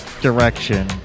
direction